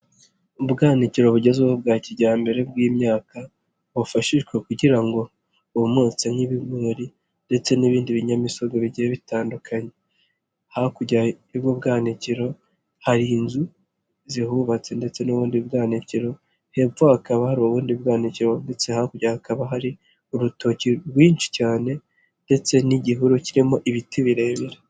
Ubwanikiro bugezweho bwa kijyambere bw'imyaka bufashishwa kugira ngo bumutse nk'ibigori ndetse n'ibindi binyamisogwe bigiye bitandukanye, hakurya y'ubu bwanikiro hari inzu zihubatse ndetse n'ubundi bwanikiro, hepfo hakaba hari ubundi bwanikiro ndetse hakurya hakaba hari urutoki rwinshi cyane ndetse n'igihuru kirimo ibiti birebire.